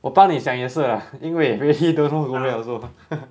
我帮你想也是啦因为 really don't know go where also